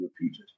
repeated